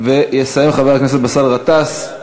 זה דו-שיח לזמן אחר.